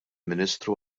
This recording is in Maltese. ministru